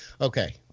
okay